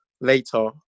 later